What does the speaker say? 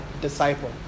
disciple